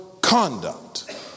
conduct